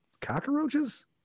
cockroaches